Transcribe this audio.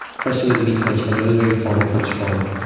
trusting where the meat comes from, knowing where your farmer comes from